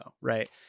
Right